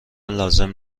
لازم